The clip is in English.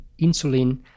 insulin